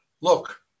look